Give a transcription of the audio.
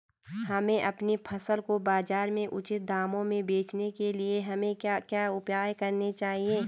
हमें अपनी फसल को बाज़ार में उचित दामों में बेचने के लिए हमें क्या क्या उपाय करने चाहिए?